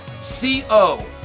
C-O